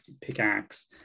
pickaxe